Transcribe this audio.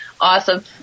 Awesome